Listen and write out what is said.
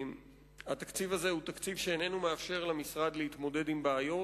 התקציב הזה הוא תקציב שאיננו מאפשר למשרד להתמודד עם בעיות,